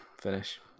finish